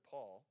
Paul